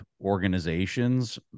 organizations